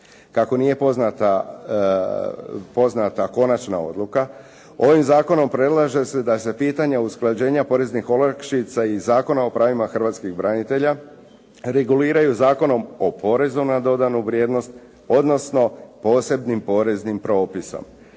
Kako nije poznata konačna odluka, ovim zakonom predlaže se da se pitanja usklađenja poreznih olakšica iz Zakona o pravima hrvatskih branitelja reguliraju Zakonom o porezu na dodanu vrijednost odnosno posebnim poreznim propisom